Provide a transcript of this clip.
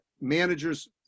managers